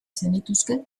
zenituzke